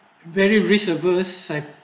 very risk averse like